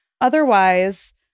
Otherwise